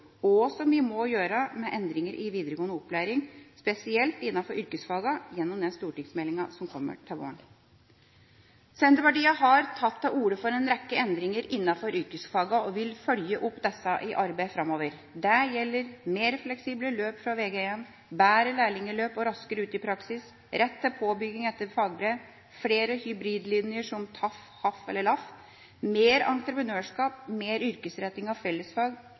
og som vi må gjøre med endringer i videregående opplæring, spesielt innenfor yrkesfagene, gjennom den stortingsmeldinga som kommer til våren. Senterpartiet har tatt til orde for en rekke endringer innenfor yrkesfagene og vil følge disse opp i arbeidet framover. Det gjelder mer fleksible løp fra Vg1, bedre lærlingløp og raskere ut i praksis, rett til påbygging etter fagbrev, flere «hybrid-linjer» som TAF, HAF eller LAF, mer entreprenørskap, mer yrkesretting av fellesfag,